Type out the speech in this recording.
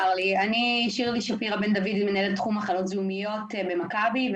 אני מנהלת תחום מחלות זיהומיות במכבי,